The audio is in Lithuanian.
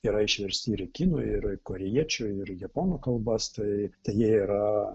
yra išversti ir į kinų ir į korėjiečių ir į japonų kalbas tai tai jie yra